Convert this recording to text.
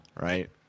right